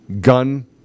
gun